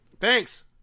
thanks